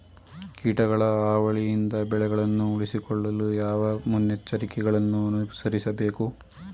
ಕೀಟಗಳ ಹಾವಳಿಯಿಂದ ಬೆಳೆಗಳನ್ನು ಉಳಿಸಿಕೊಳ್ಳಲು ಯಾವ ಮುನ್ನೆಚ್ಚರಿಕೆಗಳನ್ನು ಅನುಸರಿಸಬೇಕು?